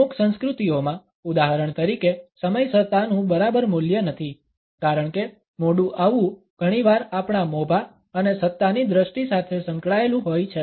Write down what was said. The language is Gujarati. અમુક સંસ્કૃતિઓમાં ઉદાહરણ તરીકે સમયસરતાનું બરાબર મૂલ્ય નથી કારણ કે મોડું આવવું ઘણીવાર આપણા મોભા અને સત્તાની દ્રષ્ટિ સાથે સંકળાયેલું હોય છે